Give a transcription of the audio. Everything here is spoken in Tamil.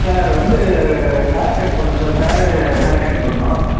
சார் வந்து ஹேர் கட் பண்ணணும் சார் ஃபேடு ஹேர் கட் பண்ணணும்